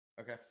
Okay